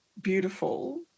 beautiful